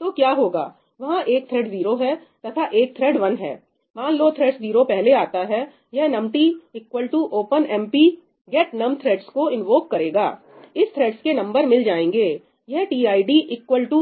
तो क्या होगा वहां एक थ्रेड् 0 है तथा एक थ्रेड् 1 है मान लो थ्रेड्स 0 पहले आता है यह num t equal to OpenMP num t OpenMP get num threads get num threads को इन्वोक करेगा इसे थ्रेड्स के नंबर मिल जाएंगे यह टीआईडी इक्वल टू